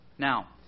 Now